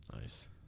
Nice